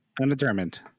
Undetermined